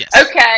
Okay